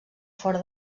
fora